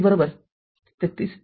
V ३३